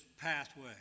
pathway